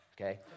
Okay